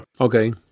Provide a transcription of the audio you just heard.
Okay